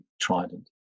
Trident